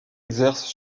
exercent